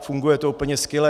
Funguje to úplně skvěle.